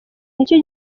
nicyo